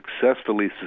successfully